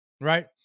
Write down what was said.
right